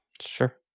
Sure